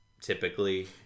typically